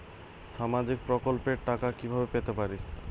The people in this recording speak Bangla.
সামাজিক প্রকল্পের টাকা কিভাবে পেতে পারি?